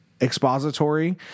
expository